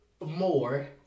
more